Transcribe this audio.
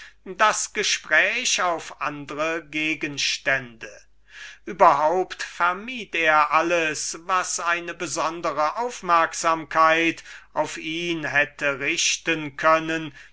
das gespräch auf andre gegenstände überhaupt vermied er alles was die aufmerksamkeit der anwesenden vorzüglich auf ihn hätte richten können